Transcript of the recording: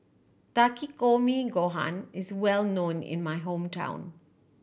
Takikomi Gohan is well known in my hometown